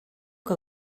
que